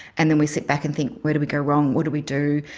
and then we sit back and think, where did we go wrong, what do we do?